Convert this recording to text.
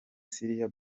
siriya